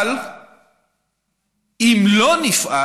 אבל אם לא נפעל